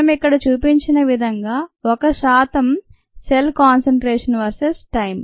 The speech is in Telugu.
మనం ఇక్కడ చూపించిన విధంగా మనం ఒక శాతం సెల్ కాన్సంట్రేషన్ వర్సెస్ టైం